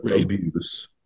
abuse